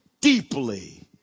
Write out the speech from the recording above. deeply